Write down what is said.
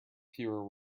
fewer